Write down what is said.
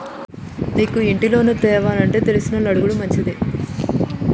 నీకు ఇంటి లోను తేవానంటే తెలిసినోళ్లని అడుగుడు మంచిది